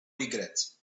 regrets